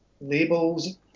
labels